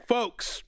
Folks